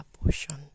abortion